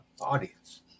audience